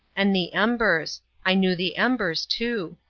and the embers i knew the embers, too.